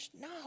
No